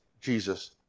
Jesus